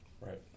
right